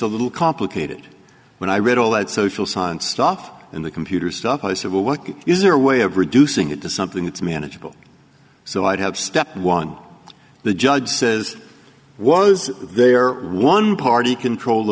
a little complicated when i read all that social science stuff in the computer stuff i said well what is your way of reducing it to something that's manageable so i'd have step one the judge says was there one party control